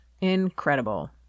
Incredible